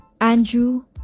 Andrew